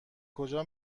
کجا